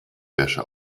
wäsche